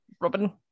Robin